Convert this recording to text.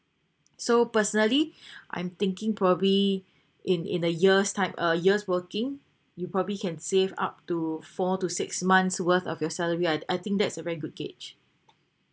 so personally I'm thinking probably in in the years type uh years working you probably can save up to four to six months' worth of your salary I I think that's a very good gauge